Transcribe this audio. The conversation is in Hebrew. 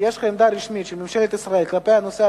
יש לך עמדה רשמית של ממשלת ישראל כלפי הנושא,